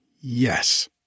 Yes